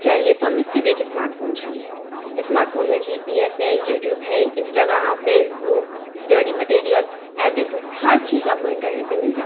चाहिए तो हमें सिर्फ एक स्मार्टफोन चाहिए स्मार्टफोन में जी पी एस है यूट्यूब है Instagram Facebook study material everything हर चीज़ आपको इंटरनेट पर मिल जाता है